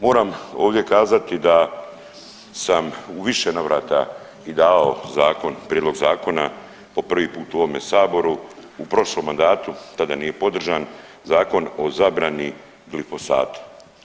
Moram ovdje kazati da sam u više navrata i davao zakon, prijedlog zakona po prvi put u ovome saboru u prošlom mandatu, tada nije podržan, Zakon o zabrani glifosata.